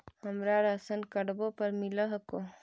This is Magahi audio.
हमरा राशनकार्डवो पर मिल हको?